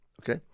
okay